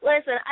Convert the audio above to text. Listen